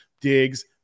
digs